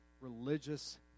religious